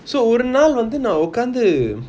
so ஒரு நாள் வந்து நான் உக்காந்து:oru naal vanthu naan ukanthu